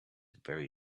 very